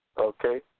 Okay